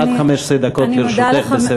עד 15 דקות לרשותך בסבב זה.